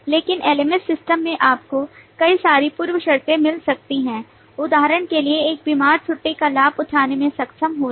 लेकिन LMS system में आपको कई सारी पूर्व शर्तें मिल सकती हैं उदाहरण के लिए एक बीमार छुट्टी का लाभ उठाने में सक्षम होना